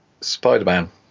Spider-Man